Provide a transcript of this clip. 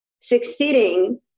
succeeding